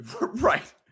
Right